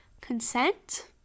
consent